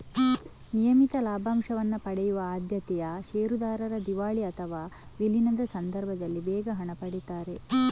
ನಿಯಮಿತ ಲಾಭಾಂಶವನ್ನ ಪಡೆಯುವ ಆದ್ಯತೆಯ ಷೇರುದಾರರು ದಿವಾಳಿ ಅಥವಾ ವಿಲೀನದ ಸಂದರ್ಭದಲ್ಲಿ ಬೇಗ ಹಣ ಪಡೀತಾರೆ